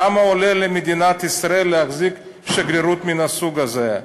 כמה עולה למדינת ישראל להחזיק שגרירות מן הסוג הזה?